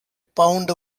pound